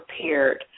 prepared